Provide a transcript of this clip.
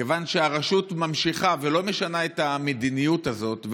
מכיוון שהרשות ממשיכה ולא משנה את המדיניות הזאת,